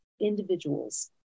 individuals